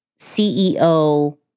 CEO